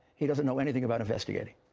he doesn't know anything about investigating.